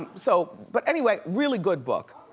um so but anyway, really good book.